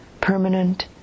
permanent